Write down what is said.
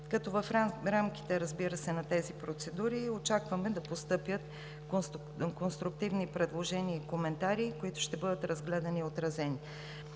съвет. В рамките, разбира се, на тези процедури очакваме да постъпят конструктивни предложения и коментари, които ще бъдат разгледани и отразени.